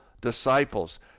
disciples